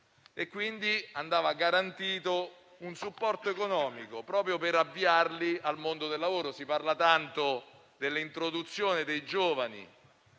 italiani. Andava garantito, quindi, un supporto economico proprio per avviarli al mondo del lavoro. Si parla dell'introduzione dei giovani